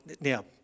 now